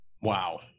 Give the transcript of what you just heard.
Wow